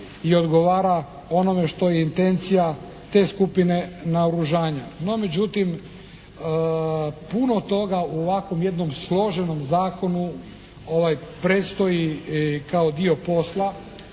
i odgovara onome što je intencija te skupine naoružanja. No međutim, puno toga u ovakvom jednom složenom zakonu predstoji kao dio posla